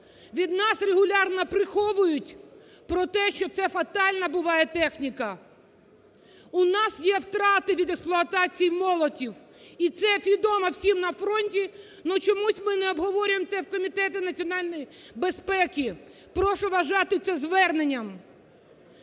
від нас регулярно приховують про те, що це фатальна буває техніка. У нас є втрати від експлуатації молотів. І це відомо всім на фронті, ну чомусь ми не обговорюємо це в Комітеті національної безпеки. Прошу вважати це зверненням.